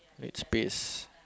make space